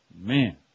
Man